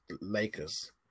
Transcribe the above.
Lakers